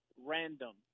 random